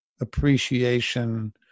appreciation